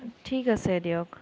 ঠিক আছে দিয়ক